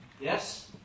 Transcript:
Yes